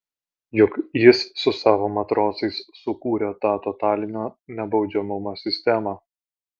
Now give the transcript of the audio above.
juk jis su savo matrosais sukūrė tą totalinio nebaudžiamumo sistemą